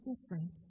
different